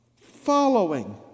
following